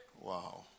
Wow